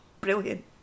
brilliant